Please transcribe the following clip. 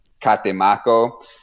Catemaco